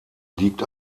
liegt